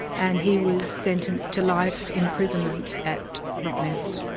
and he was sentenced to life imprisonment at rottnest